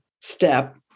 step